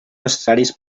necessaris